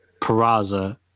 Peraza